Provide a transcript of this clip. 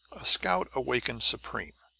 a scout awakened supreme.